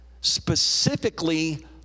specifically